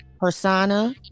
persona